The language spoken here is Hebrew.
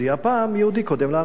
הפעם, יהודי קודם לערבי.